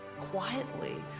quietly,